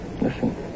Listen